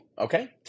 Okay